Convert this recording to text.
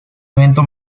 evento